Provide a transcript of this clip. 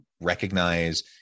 recognize